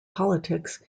politics